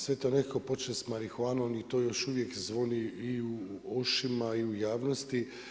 Sve to nekako počinje sa marihuanom i to još uvijek zvoni i u ušima i u javnosti.